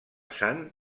sant